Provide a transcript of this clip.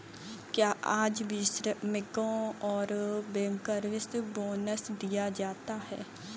क्या आज भी श्रमिकों को बैंकर्स बोनस दिया जाता है?